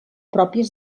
pròpies